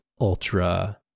ultra